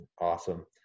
Awesome